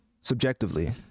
subjectively